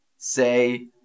Say